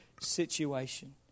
situation